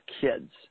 kids